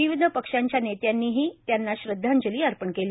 विविध पक्षांच्या नेत्यांनी ही त्यांना श्रदधांजली अर्पण केली